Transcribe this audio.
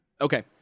Okay